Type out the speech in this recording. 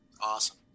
Awesome